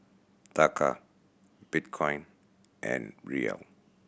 Taka Bitcoin and Riel